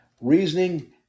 Reasoning